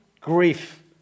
grief